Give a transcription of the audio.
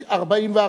44,